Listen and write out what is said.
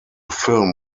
film